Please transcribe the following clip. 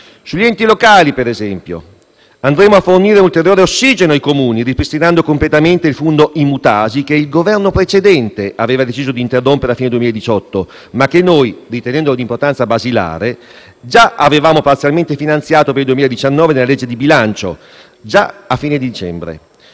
Sugli enti locali, per esempio, andremo a fornire ulteriore ossigeno ai Comuni, ripristinando completamente il fondo IMU-TASI che il Governo precedente aveva deciso di interrompere a fine 2018, ma che noi, ritenendolo di importanza basilare, già avevamo parzialmente finanziato per il 2019 nella legge di bilancio a fine dicembre.